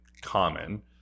common